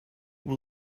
will